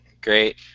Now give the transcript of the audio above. great